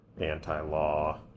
anti-law